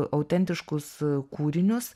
autentiškus kūrinius